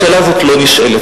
השאלה הזאת לא נשאלת,